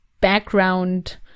background